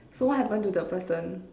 so what happened to the person